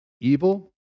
evil